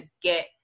get